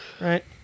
right